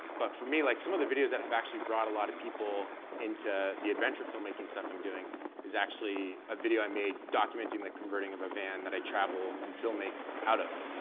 but for me, like some of the videos that have brought a lot of people into the adventure filmmaking stuff i'm doing is actually a video i made documenting the converting of a van that i travel and filmmake out of.